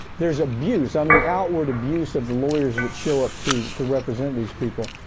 there is abuse, i mean outward abuse of the lawyers that show up to to represent these people.